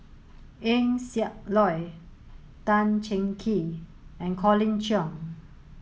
Eng Siak Loy Tan Cheng Kee and Colin Cheong